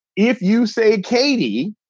if you say, katie,